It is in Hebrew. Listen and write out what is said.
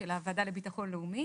של הוועדה לביטחון לאומי.